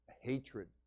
hatred